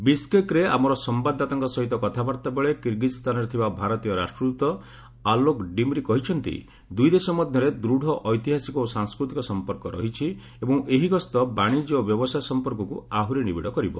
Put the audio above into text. ବିଶ୍କେକ୍ରେ ଆମର ସମ୍ଘାଦଦାତାଙ୍କ ସହିତ କଥାବାର୍ତ୍ତା ବେଳେ କିର୍ଗିଜ୍ସ୍ଥାନରେ ଥିବା ଭାରତୀୟ ରାଷ୍ଟ୍ରଦୂତ ଆଲୋକ ଡିମ୍ରି କହିଛନ୍ତି ଦୁଇ ଦେଶ ମଧ୍ୟରେ ଦୃଢ଼ ଐତିହାସିକ ଓ ସାଂସ୍କୃତିକ ସମ୍ପର୍କ ରହିଛି ଏବଂ ଏହି ଗସ୍ତ ବାଣିଜ୍ୟ ଓ ବ୍ୟବସାୟ ସମ୍ପର୍କକୁ ଆହୁରି ନିବିଡ଼ କରିବ